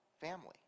family